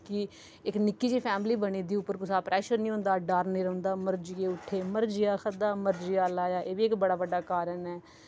इक निक्की जेही फैमली बनी दी उप्पर कुसा प्रैशर निं रौह्ंदा डर निं रौह्ंदा मर्जिये उट्ठे मर्जिये खाद्धा मर्जिये लाया एह् बी इक बड़ा बड्डा कारण ऐ